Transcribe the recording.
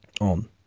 On